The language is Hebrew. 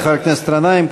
תודה לחבר הכנסת גנאים.